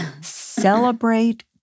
celebrate